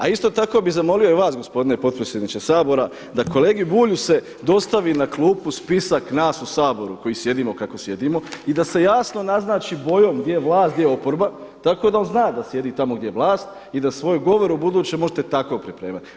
A isto tako bi zamolio i vas gospodine potpredsjedniče Sabora da kolegi Bulju se dostavi na klupu spisak nas u Saboru koji sjedimo kako sjedimo i da se jasno naznači bojom gdje je vlast a gdje je oporba tako da on zna da sjedi tamo gdje je vlast i da svoj govor ubuduće možete tako pripremati.